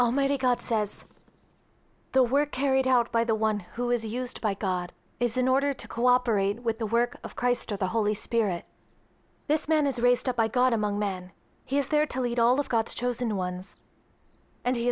almighty god says the work carried out by the one who is used by god is in order to cooperate with the work of christ of the holy spirit this man is raised up by god among men he is there to lead all of god's chosen ones and he